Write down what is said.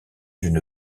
d’une